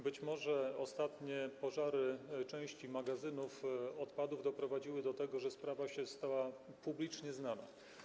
Być może ostatnie pożary części magazynów odpadów doprowadziły do tego, że sprawa się stała publicznie znana.